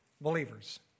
believers